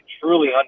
truly